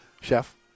Chef